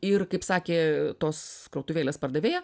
ir kaip sakė tos krautuvėlės pardavėja